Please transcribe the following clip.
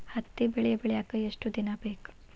ಹತ್ತಿ ಬೆಳಿ ಬೆಳಿಯಾಕ್ ಎಷ್ಟ ದಿನ ಬೇಕ್?